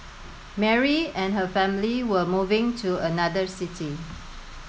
Mary and her family were moving to another city